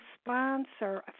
sponsor